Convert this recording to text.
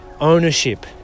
ownership